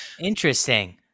Interesting